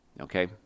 Okay